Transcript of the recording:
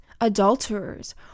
adulterers